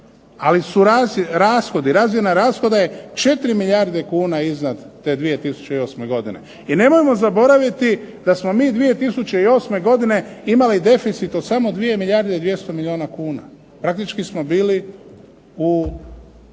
razina rashoda je 4 milijarde kuna iznad te 2008. godine. I nemojmo zaboraviti da smo mi 2008. godine imali deficit od samo 2 milijarde i 200 milijuna kuna. Praktički smo bili u